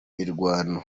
mirwano